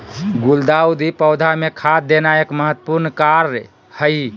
गुलदाऊदी पौधा मे खाद देना एक महत्वपूर्ण कार्य हई